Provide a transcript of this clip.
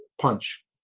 punch